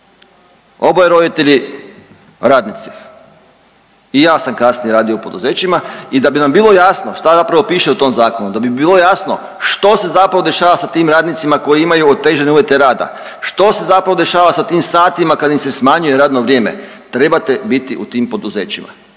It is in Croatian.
oboje roditelji radnici i ja sam kasnije radio u poduzećima i da bi nam bilo jasno šta zapravo piše u tom zakonu, da bi bilo jasno što se zapravo dešava sa tim radnicima koji imaju otežane uvjete rada, što se zapravo dešava sa tim satima kad im se smanjuje radno vrijeme, trebate biti u tim poduzećima,